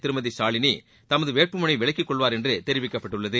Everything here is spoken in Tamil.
திருமதி ஷாவினி தமது வேட்பு மனுவை விலக்கிக் கொள்வார் என்றும் தெரிவிக்கப்பட்டுள்ளது